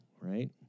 right